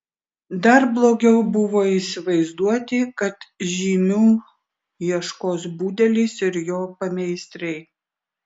dar blogiau buvo įsivaizduoti kad žymių ieškos budelis ir jo pameistriai